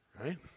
Right